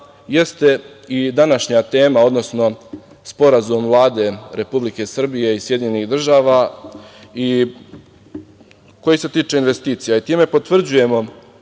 jeste i današnja tema, odnosno sporazum Vlade Republike Srbije i SAD koji se tiče investicija. Time potvrđujemo